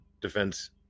defense